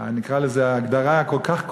נקרא לזה ההגדרה הכל-כך קולעת,